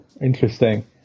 interesting